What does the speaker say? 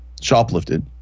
shoplifted